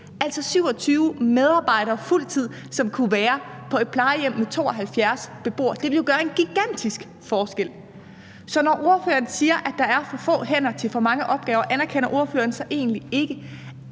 altså 27 medarbejdere fuld tid, som kunne være på et plejehjem med 72 beboere. Det ville jo gøre en gigantisk forskel. Så når ordføreren siger, at der er for få hænder til for mange opgaver, anerkender ordføreren så egentlig ikke,